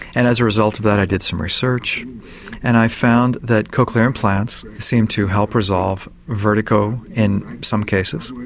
and as a result of that i did some research and i found that cochlear implants seemed to help resolve the vertigo in some cases.